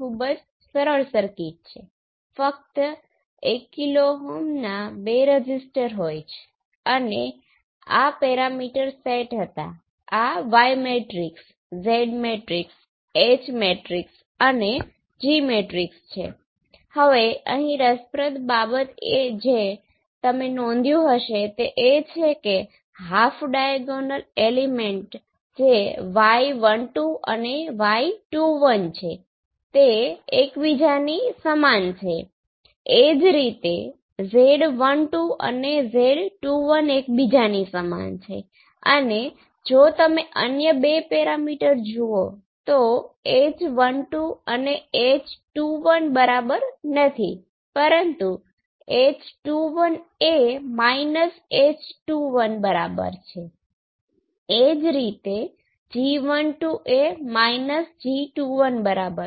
voltage R અને RV હોય અને જો આ VoVik 11kAok હોય અને જયારે A નું મૂલ્યતરફ જવાનું વલણ ધરાવે છે ત્યારે તે k ની બરાબર થાય છે તેથી આ મૂલ્ય એક આદર્શ ઓપ એમ્પ